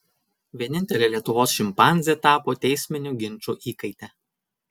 vienintelė lietuvos šimpanzė tapo teisminių ginčų įkaite